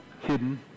hidden